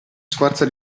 sforza